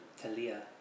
Talia